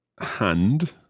hand